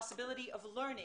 עם המשרדים הממשלתיים